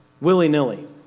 willy-nilly